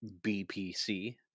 BPC